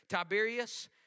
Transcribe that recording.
Tiberius